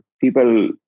people